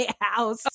house